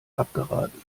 abgeraten